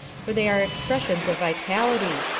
for they are expressions of vitality,